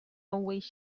always